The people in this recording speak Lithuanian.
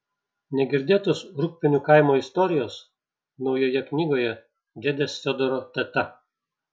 negirdėtos rūgpienių kaimo istorijos naujoje knygoje dėdės fiodoro teta